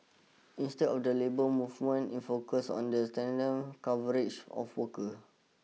instead the labour movement is focusing on strengthening coverage of worker